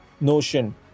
notion